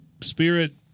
spirit